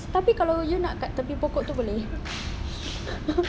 tapi kalau you nak dekat tepi pokok tu boleh